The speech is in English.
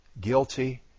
guilty